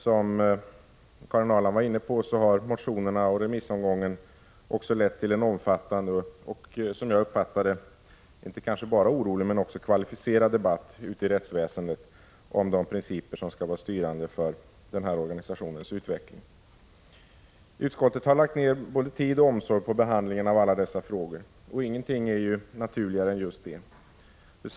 Som Karin Ahrland var inne på, har motionerna och remissomgången lett till en omfattande och, som jag uppfattar det, inte bara orolig men också kvalificerad debatt i rättsväsendet om de principer som skall vara styrande för denna organisations utveckling. Utskottet har lagt ner både tid och omsorg på behandlingen av alla dessa frågor, och ingenting är naturligare än just det.